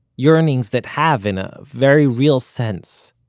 yearnings that have, in a very real sense,